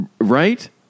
right